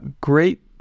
great